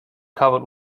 covered